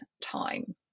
time